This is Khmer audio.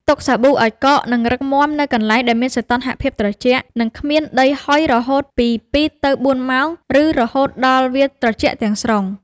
ទុកសាប៊ូឱ្យកក និងរឹងមាំនៅកន្លែងដែលមានសីតុណ្ហភាពត្រជាក់ និងគ្មានដីហុយរយៈពេលពី ២ ទៅ ៤ ម៉ោង ឬរហូតដល់វាត្រជាក់ទាំងស្រុង។